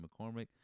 McCormick